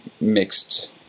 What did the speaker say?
mixed